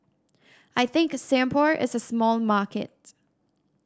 I think Singapore is a small market